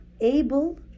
able